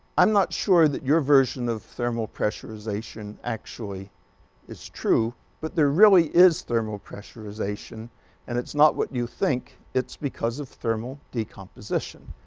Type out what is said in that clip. i'm not sure that your version of thermal pressurization actually is true, but there really is thermal pressurization and it's not what you think. it's because of thermal decomposition.